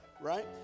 right